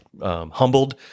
Humbled